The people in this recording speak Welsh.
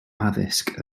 addysg